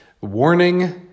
Warning